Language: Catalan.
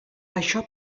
això